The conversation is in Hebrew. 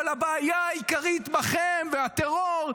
אבל הבעיה העיקרית בכם ובטרור,